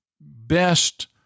best